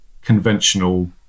conventional